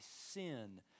sin